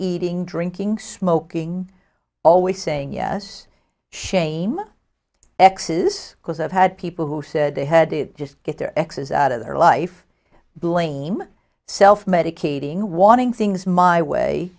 eating drinking smoking always saying yes shame exes because i've had people who said they had it just get their exes out of their life blame self medicating wanting things my way